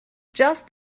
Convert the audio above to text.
just